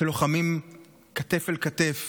שלוחמים כתף אל כתף